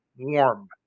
warm